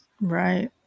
Right